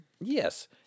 Yes